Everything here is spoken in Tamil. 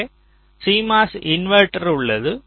இங்கே CMOS இன்வெர்ட்டர் உள்ளது